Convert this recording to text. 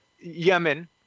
Yemen